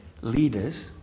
leaders